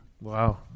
Wow